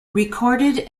recorded